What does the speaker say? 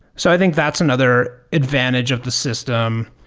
so i think that's another advantage of the system.